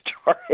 story